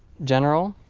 general